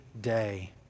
day